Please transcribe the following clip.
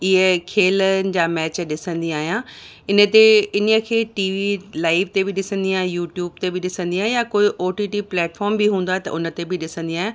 इहा खेलनि जा मैच ॾिसंदी आहियां इन ते इन ई खे टीवी लाइव ते बि ॾिसंदी आहियां यूट्यूब ते बि ॾिसंदी आहियां या कोई ओटीटी प्लैटफॉर्म बि हूंदो आहे त उन ते बि ॾिसंदी आहियां